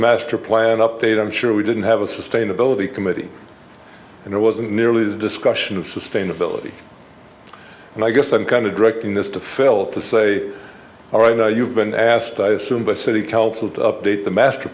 master plan update i'm sure we didn't have a sustainability committee and it wasn't merely the discussion of sustainability and i guess i'm kind of directing this to fail to say all right you've been asked i assume by city council to update the master